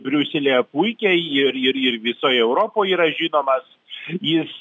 briuselyje puikiai ir ir ir visoj europoj yra žinomas jis